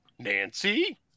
Nancy